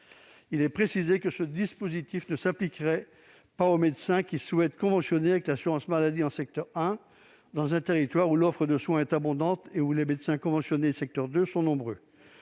son activité. Ce dispositif ne s'appliquerait pas aux médecins qui souhaitent conventionner avec l'assurance maladie en secteur 1 dans un territoire où l'offre de soins est abondante et où les médecins conventionnés en secteur 2 sont nombreux.